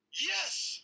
Yes